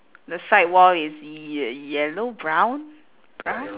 the side wall is ye~ yellow brown brown